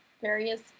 various